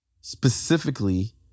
Specifically